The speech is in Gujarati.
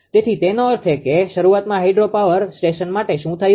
તેથી તેનો અર્થ એ કે શરૂઆતમાં હાઇડ્રોપાવર સ્ટેશન માટે શું થયું